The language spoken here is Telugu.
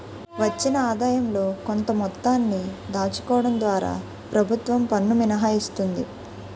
వచ్చిన ఆదాయంలో కొంత మొత్తాన్ని దాచుకోవడం ద్వారా ప్రభుత్వం పన్ను మినహాయిస్తుంది